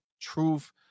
truth